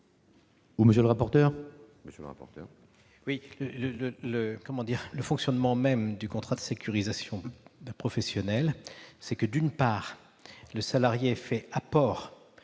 monsieur le rapporteur,